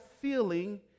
feeling